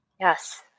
Yes